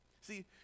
See